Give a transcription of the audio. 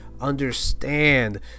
understand